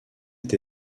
est